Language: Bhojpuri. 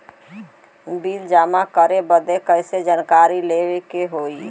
बिल जमा करे बदी कैसे जानकारी लेवे के होई?